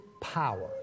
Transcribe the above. power